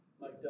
Mike